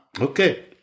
Okay